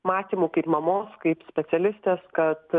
matymu kaip mamos kaip specialistės kad